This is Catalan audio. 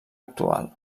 actual